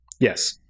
Yes